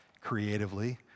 creatively